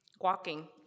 walking